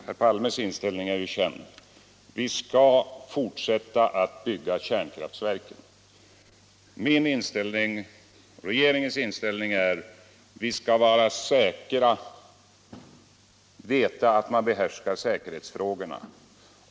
Herr talman! Herr Palmes inställning i kärnkraftsfrågan är ju känd: Ni skall fortsätta att bygga kärnkraftverken. Regeringens inställning är: Vi skall först vara säkra och veta att man kan behärska säkerhetsproblemen!